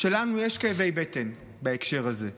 שלנו יש כאבי בטן בהקשר הזה,